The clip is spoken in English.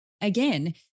Again